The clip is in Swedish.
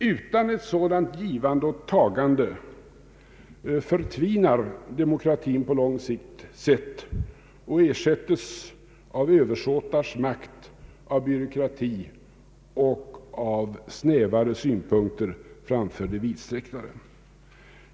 Utan ett sådant givande och tagande förtvinar demokratin på lång tid sett och ersätts av översåtars makt, av byråkrati och av snävare synpunkter framför de vidsträcktare.